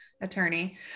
attorney